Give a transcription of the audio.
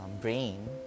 brain